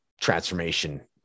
transformation